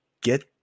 get